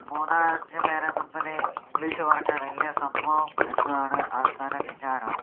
മൂന്നാലഞ്ചു പേരുടെ മുൻപിൽ ഇംഗ്ലീഷ് പറഞ്ഞാൽ വലിയ സംഭവം എന്നാണ് ആൾക്കാരുടെ വിചാരം